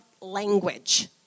language